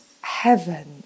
heaven